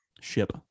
ship